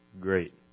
Great